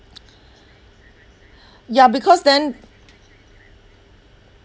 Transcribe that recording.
ya because then